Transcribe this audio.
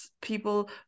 people